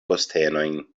postenojn